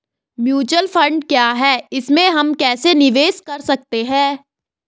Mutual fund क्या है इसमें हम कैसे निवेश कर सकते हैं?